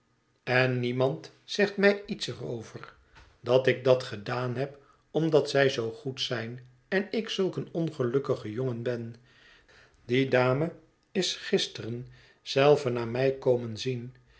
en niemand zegt mij iets er over dat ik dat gedaan heb omdat zij zoo goed zijn en ik zulk een ongelukkige jongen ben die dame is gisteren zelve naar mij komen zien